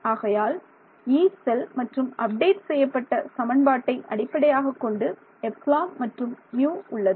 ஆகையால் யீ செல் மற்றும் அப்டேட் செய்யப்பட்ட சமன்பாட்டை அடிப்படையாகக் கொண்டு ε மற்றும் μ உள்ளது